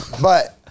But-